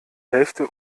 hälfte